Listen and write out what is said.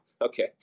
okay